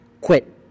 Quit